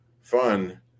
fun